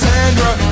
Sandra